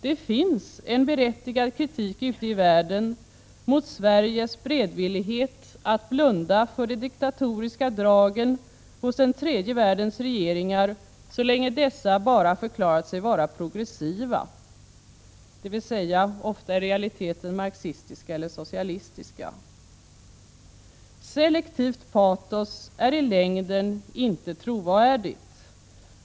Det finns en berättigad kritik ute i världen mot Sveriges beredvillighet att blunda för de diktatoriska dragen hos den tredje världens regeringar, så länge dessa bara förklarar sig vara progressiva, dvs. ofta i realiteten marxistiska eller socialistiska. Selektivt patos är i längden inte trovärdigt.